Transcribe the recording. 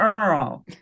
Earl